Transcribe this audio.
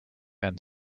and